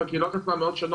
והקהילות עצמן מאוד שונות,